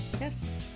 yes